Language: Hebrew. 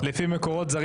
לפי מקורות זרים,